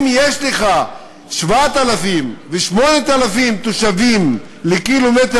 אם יש לך 7,000 ו-8,000 תושבים לקילומטר